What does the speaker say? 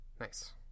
Nice